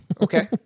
Okay